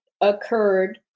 occurred